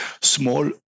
small